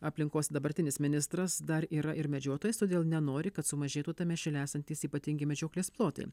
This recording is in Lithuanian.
aplinkos dabartinis ministras dar yra ir medžiotojas todėl nenori kad sumažėtų tame šile esantys ypatingi medžioklės plotai